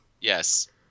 yes